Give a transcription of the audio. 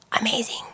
amazing